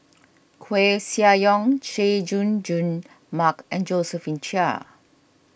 Koeh Sia Yong Chay Jung Jun Mark and Josephine Chia